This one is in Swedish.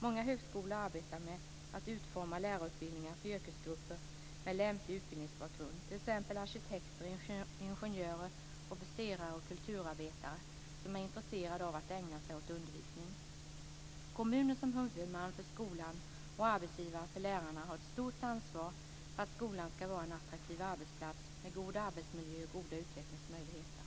Många högskolor arbetar med att utforma lärarutbildningar för yrkesgrupper med lämplig utbildningsbakgrund, t.ex. arkitekter, ingenjörer, officerare och kulturarbetare, som är intresserade av att ägna sig åt undervisning. Kommunen som huvudman för skolan och arbetsgivare för lärarna har ett stort ansvar för att skolan skall vara en attraktiv arbetsplats med en god arbetsmiljö och goda utvecklingsmöjligheter.